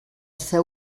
ser